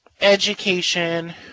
education